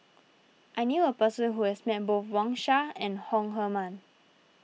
I knew a person who has met both Wang Sha and Chong Heman